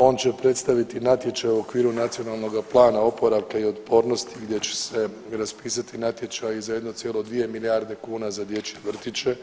on će predstaviti natječaj u okviru Nacionalnoga plana oporavka i otpornosti gdje će se raspisati natječaj za 1,2 milijarde kuna za dječje vrtiće.